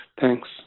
Thanks